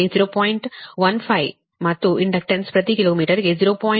15 ಮತ್ತು ಇಂಡಕ್ಟನ್ಸ್ ಪ್ರತಿ ಕಿಲೋ ಮೀಟರ್ಗೆ 1